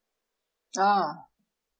ah